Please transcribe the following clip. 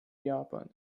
japans